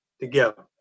together